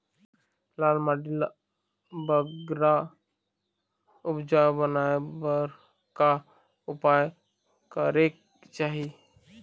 लाल माटी ला बगरा उपजाऊ बनाए बर का उपाय करेक चाही?